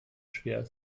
schwer